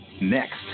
next